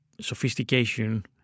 sophistication